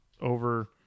over